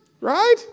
Right